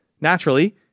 Naturally